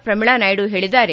ಪ್ರಮೀಳಾ ನಾಯ್ಡು ಹೇಳಿದ್ದಾರೆ